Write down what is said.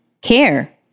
care